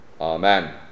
Amen